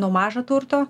nuo mažo turto